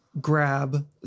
grab